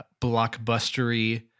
blockbustery